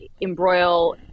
embroil